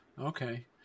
Okay